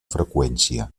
freqüència